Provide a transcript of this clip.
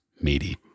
meaty